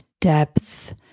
depth